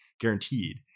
guaranteed